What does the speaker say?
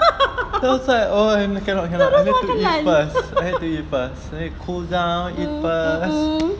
terus nak telan mm mmhmm